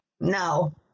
No